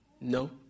No